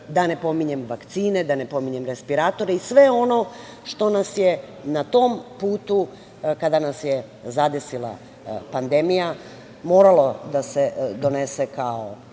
Da ne pominjem vakcine, da ne pominjem respiratore i sve ono što nas je na tom putu, kada nas je zadesila pandemija, moralo da se donese kao